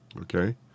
Okay